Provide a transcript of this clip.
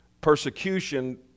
Persecution